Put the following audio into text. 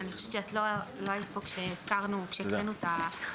אני חושבת שאת לא היית פה כשהקראנו את הנוסח,